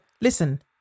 Listen